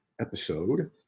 episode